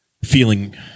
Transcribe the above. feeling